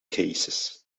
cases